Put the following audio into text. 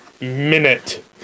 minute